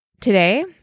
Today